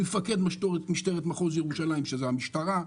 עם מפקד משטרת מחוז ירושלים זה המשטרה,